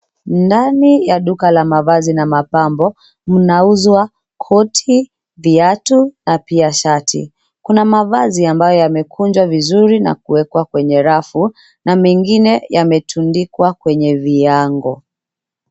Ndani la duka la mavazi na mapambo mnauzwa koti, viatu na pia shati. Kuna mavazi ambayo yamekunjwa vizuri na kuwekwa kwenye rafu. Na mengine yametundikwa kwenye viango.